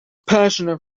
passionate